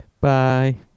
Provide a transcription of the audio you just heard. Bye